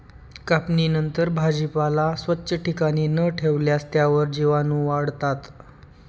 कापणीनंतर भाजीपाला स्वच्छ ठिकाणी न ठेवल्यास त्यावर जीवाणूवाढतात